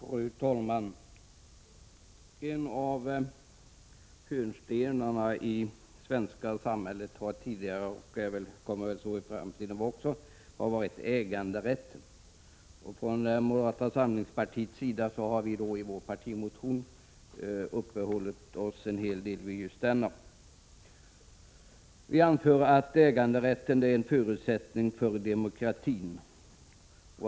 Fru talman! Äganderätten har varit en av hörnstenarna i det svenska samhållet. Det kommer den att vara även i framtiden. Vi i moderata samlingspartiet har i vår partimotion uppehållit oss en hel del vid just äganderätten. Vi anför att äganderätten är en förutsättning för demokratin.